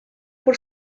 por